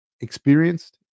experienced